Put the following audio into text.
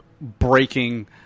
breaking